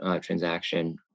transaction